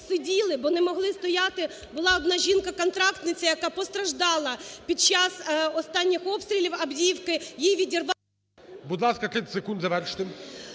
бо не могли стояти, була одна жінка-контрактниця, яка постраждала під час останніх обстрілів Авдіївки, їй відірвало… ГОЛОВУЮЧИЙ. Будь ласка, 30 секунд завершити.